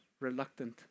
reluctant